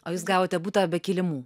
o jūs gavote butą be kilimų